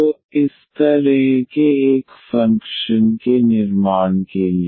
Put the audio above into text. तो इस तरह के एक फंक्शन के निर्माण के लिए